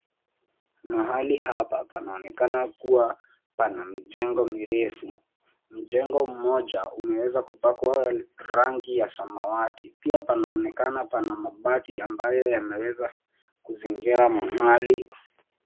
Mahali hapa panaonekana kuwa pana mijengo mirefu. Jengo moja limeweza kupakwa rangi ya samawati. Pia panaonekana pana mabati yameweza kuzingira mahali.